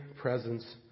presence